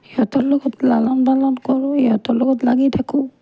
সিহঁতৰ লগত লালন পালন কৰোঁ সিহঁতৰ লগত লাগি থাকোঁ